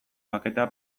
paketea